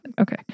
Okay